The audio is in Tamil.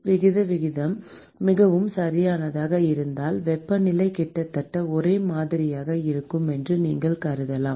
விகித விகிதம் மிகவும் சிறியதாக இருந்தால் வெப்பநிலை கிட்டத்தட்ட ஒரே மாதிரியாக இருக்கும் என்று நீங்கள் கருதலாம்